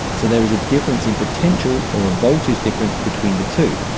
so there is a difference in potential, or a voltage difference, between the two,